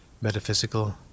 Metaphysical